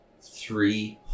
three